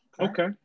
Okay